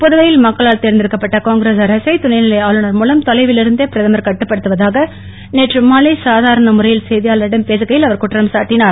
புதுவையில் மக்களால் தேர்ந்தெடுக்கப்பட்ட காங்கிரஸ் அரசை துணைநிலை ஆளுநர் மூலம் தொலைவில் இருந்தே பிரதமர் கட்டுப்படுத்துவதாக நேற்று மாலை சாதாரண முறையில் செய்தியாளர்களிடம் பேசுகையில் அவர் குற்றம் சாட்டினார்